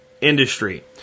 industry